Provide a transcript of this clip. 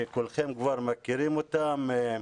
כולכם כבר מכירים אותן,